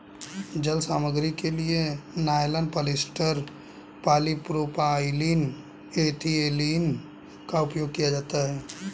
जाल सामग्री के लिए नायलॉन, पॉलिएस्टर, पॉलीप्रोपाइलीन, पॉलीएथिलीन का उपयोग किया जाता है